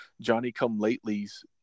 Johnny-come-latelys